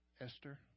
Esther